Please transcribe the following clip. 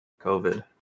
COVID